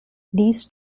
these